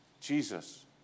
Jesus